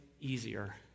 easier